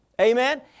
Amen